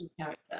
character